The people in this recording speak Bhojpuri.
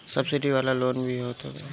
सब्सिडी वाला लोन भी होत हवे